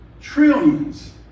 trillions